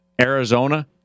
Arizona